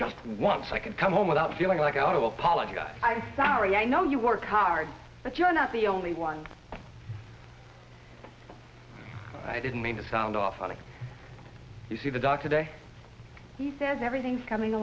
just once i could come home without feeling like out of apology god i'm sorry i know you work hard but you're not the only one i didn't mean to sound off on if you see the doc today he says everything's coming